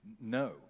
no